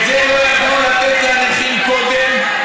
את זה לא יכלו לתת לנכים קודם?